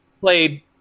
played